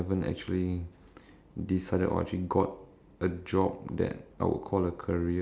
my career for now I'll say I did not choose my career it choose me